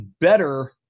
better